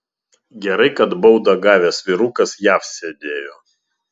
gerai kad baudą gavęs vyrukas jav sėdėjo